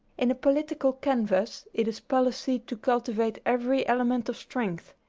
in a political canvass it is policy to cultivate every element of strength.